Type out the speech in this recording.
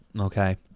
okay